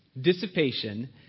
Dissipation